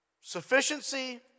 Sufficiency